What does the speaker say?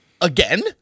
again